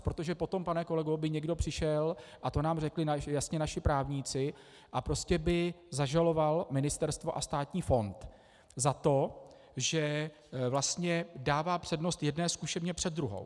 Protože potom, pane kolego, by někdo přišel a to nám řekli jasně naši právníci a prostě by zažaloval ministerstvo a státní fond za to, že vlastně dává přednost jedné zkušebně před druhou.